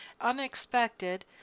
Unexpected